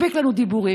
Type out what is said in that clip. מספיק לנו דיבורים,